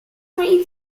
twenty